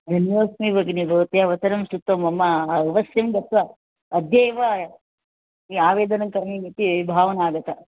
अन्योस्मि भगिनि भवत्या वचनंं श्रुत्वा मम अवश्यं गत्वा अद्यैव आवेदनं करणीयम् इति भावनागता